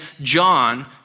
John